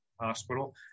hospital